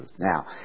Now